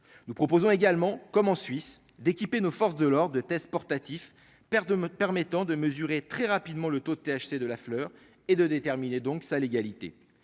nous proposons également, comme en Suisse, d'équiper nos forces de l'Ordre de tests portatif, père de me permettant de mesurer très rapidement le taux de THC de la fleur et de déterminer donc sa légalité